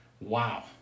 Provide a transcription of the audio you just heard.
Wow